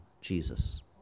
Jesus